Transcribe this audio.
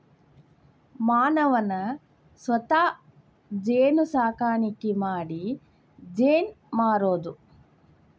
ಮಾನವನ ಸ್ವತಾ ಜೇನು ಸಾಕಾಣಿಕಿ ಮಾಡಿ ಜೇನ ಮಾರುದು